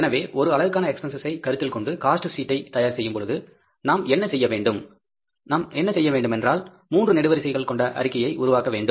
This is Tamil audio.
எனவே ஒரு அலகுக்கான எக்ஸ்பென்ஸஸ் ஐ கருத்தில் கொண்டு காஸ்ட் சீட்டை தயார் செய்யும்பொழுது நாம் என்ன செய்ய வேண்டும் என்றால் மூன்று நெடுவரிசைகள் கொண்ட அறிக்கையை உருவாக்க வேண்டும்